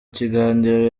kiganiro